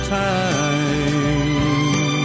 time